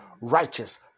righteous